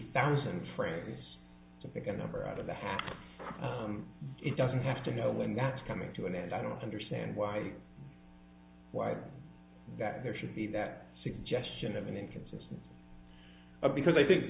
thousand frames to pick a number out of the half it doesn't have to know when that's coming to an end i don't understand why why that there should be that suggestion of an inconsistent because i think